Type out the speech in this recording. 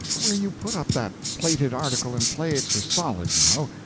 where you put up that plated article and play it for solid, you know,